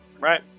Right